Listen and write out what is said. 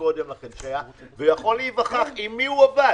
קודם לכן ויכול ולהיווכח עם מי הוא עבד.